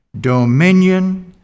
dominion